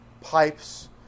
pipes